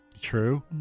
True